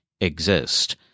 exist